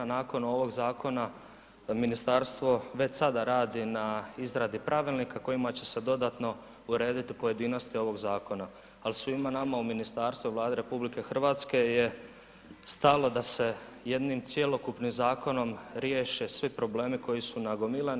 Nakon ovog zakona ministarstvo već sada radi na izradi pravilnika kojima će se dodatno urediti pojedinosti ovog zakona ali svima nama u ministarstvu i Vladi RH je stalo da se jednim cjelokupnim zakonom riješe svi problemi koji su nagomilani.